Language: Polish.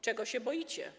Czego się boicie?